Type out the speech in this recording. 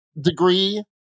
degree